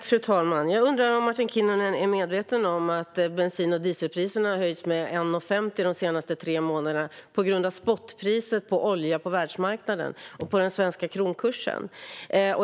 Fru talman! Jag undrar om Martin Kinnunen är medveten om att bensin och dieselpriserna har höjts med 1,50 de senaste tre månaderna på grund av spotpriset på olja på världsmarknaden och på grund av den svenska kronkursen.